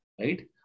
right